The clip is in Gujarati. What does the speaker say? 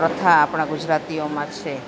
પ્રથા આપણા ગુજરાતીઓમાં છે